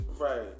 right